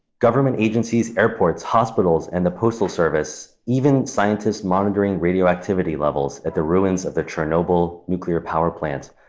government agencies, airports, hospitals, and the postal service, even scientists monitoring radioactivity levels at the ruins of the chernobyl nuclear power plant,